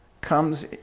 comes